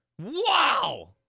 Wow